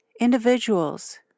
individuals